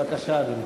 בבקשה, אדוני.